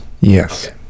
Yes